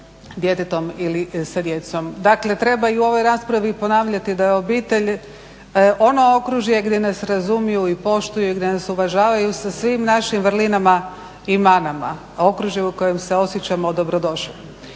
djetetom ili sa djecom. Dakle treba i u ovoj raspravi ponavljati da je obitelj ono okružje gdje nas razumiju i poštuju i gdje nas uvažavaju sa svim našim vrlinama i manama, okružje u kojem se osjećamo dobrodošli.